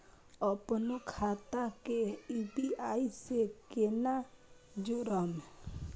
अपनो खाता के यू.पी.आई से केना जोरम?